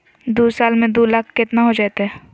दू साल में दू लाख केतना हो जयते?